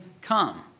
Come